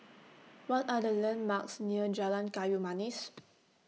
What Are The landmarks near Jalan Kayu Manis